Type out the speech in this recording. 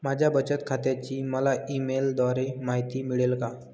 माझ्या बचत खात्याची मला ई मेलद्वारे माहिती मिळेल का?